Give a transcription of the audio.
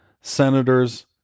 senators